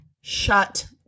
shut